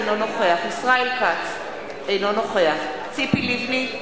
אינו נוכח ישראל כץ, אינו נוכח ציפי לבני,